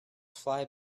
fly